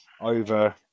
over